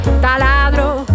taladro